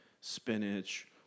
spinach